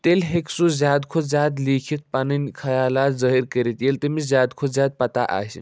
تیٚلہِ ہیٚکہِ سُہ زیادٕ کھۄتہٕ زیادٕ لیٖکِتھ پَنٕنۍ خیالات ظٲہِر کٔرِتھ ییٚلہِ تٔمِس زیادٕ کھۄتہٕ زیادٕ پتہ آسہِ